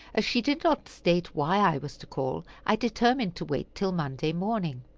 as she did not state why i was to call, i determined to wait till monday morning.